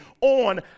on